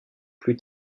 plus